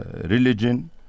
religion